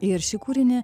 ir šį kūrinį